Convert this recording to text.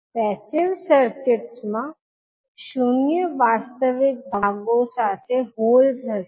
passive સર્કિટ્સમાં શૂન્ય વાસ્તવિક ભાગો સાથે હોલ હશે